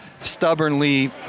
stubbornly